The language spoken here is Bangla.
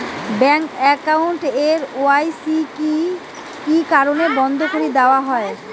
ব্যাংক একাউন্ট এর কে.ওয়াই.সি কি কি কারণে বন্ধ করি দেওয়া হয়?